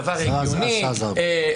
דבר הגיוני.